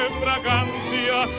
fragancia